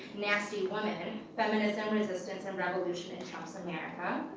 nasty women feminism, resistance, and revolution in trump's america.